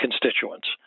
constituents